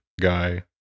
guy